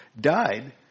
died